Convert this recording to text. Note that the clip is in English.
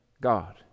God